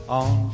on